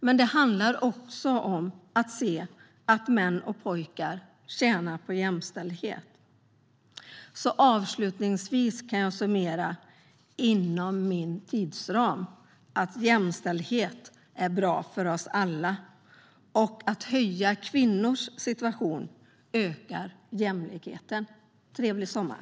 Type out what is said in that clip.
Men det handlar också om att se att män och pojkar tjänar på jämställdhet. Avslutningsvis kan jag summera att jämställdhet är bra för oss alla. Att höja kvinnors situation ökar jämlikheten. Trevlig sommar!